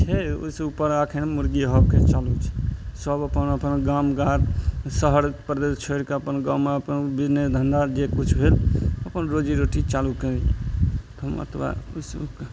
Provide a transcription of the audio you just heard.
छै ओहि सऽ उप र अखैन मुर्गी हब के चलै छै सब अपन अपन गामघार शहर परदेश छोइर कए अपन गाँवमे अपन बिजनेस धन्धा जे कुछ भेल अपन रोजी रोटी चालू करैयए तऽ हम अतबए ओइसए ओक्क